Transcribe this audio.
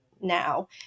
now